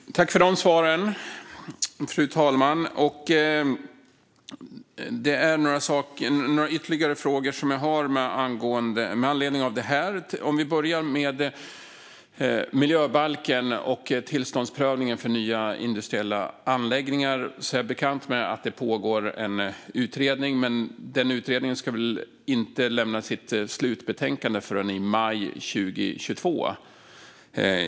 Fru talman! Tack för de svaren, miljö och klimatministern! Jag har några ytterligare frågor med anledning av det här. Om vi börjar med miljöbalken och tillståndsprövningen för nya industriella anläggningar är jag bekant med att det pågår en utredning, men den utredningen ska väl inte lämna sitt slutbetänkande förrän i maj 2022?